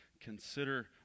Consider